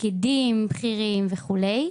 פקידים בכירים וכולי,